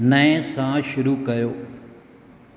नएं सां शुरू कयो